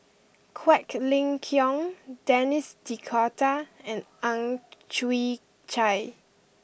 Quek Ling Kiong Denis D'Cotta and Ang Chwee Chai